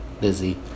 busy